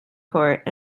court